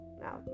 now